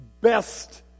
best